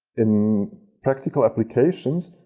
in practical applications,